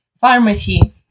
pharmacy